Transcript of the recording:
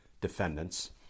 defendants